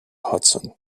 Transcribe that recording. hudson